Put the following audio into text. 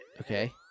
Okay